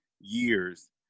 years